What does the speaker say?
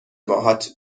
باهات